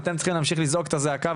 אתם צריכים להמשיך לזעוק את הזעקה,